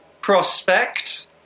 prospect